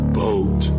boat